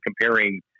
comparing